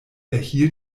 erhielt